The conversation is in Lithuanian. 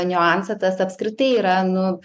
niuansą tas apskritai yra nu